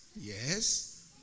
Yes